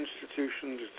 institutions